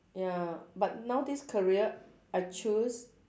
ya but now this career I choose